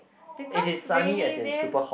because rainy days